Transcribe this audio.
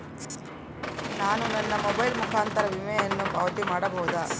ನಾನು ನನ್ನ ಮೊಬೈಲ್ ಮುಖಾಂತರ ವಿಮೆಯನ್ನು ಪಾವತಿ ಮಾಡಬಹುದಾ?